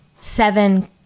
seven